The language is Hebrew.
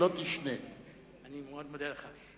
אני מאוד מודה לך.